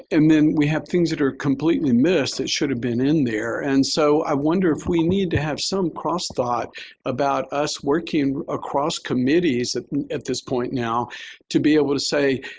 and then we have things that are completely missed that should have been in there. and so i wonder if we need to have some cross thought about us working across committees at this point now to be able to say,